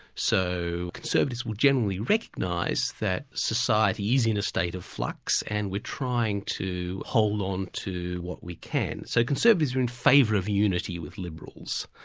so conservatives would generally recognise that society is in a state of flux, and we're trying to hold on to what we can. so conservatives are in favour of unity with liberals.